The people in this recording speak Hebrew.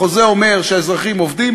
החוזה אומר שהאזרחים עובדים,